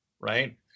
right